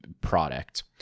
product